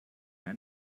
mehr